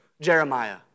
Jeremiah